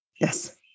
Yes